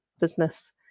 business